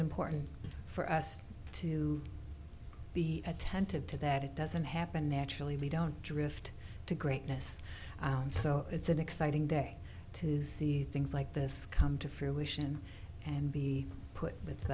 important for us to be attentive to that it doesn't happen naturally we don't drift to greatness and so it's an exciting day to see things like this come to fruition and be put with